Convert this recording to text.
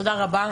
תודה רבה.